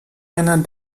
einer